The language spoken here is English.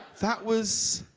that was